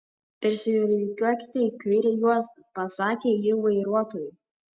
persirikiuokite į kairę juostą pasakė ji vairuotojui